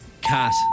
Cat